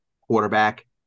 quarterback